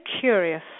curious